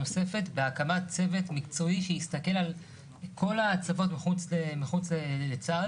בהקמת צוות מקצועי שיסתכל על כל ההצבות מחוץ לצה"ל.